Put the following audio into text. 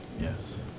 Yes